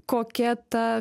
kokia ta